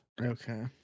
Okay